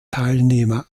teilnehmer